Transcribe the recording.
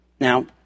Now